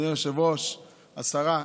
השרה,